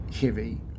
heavy